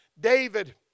David